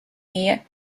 here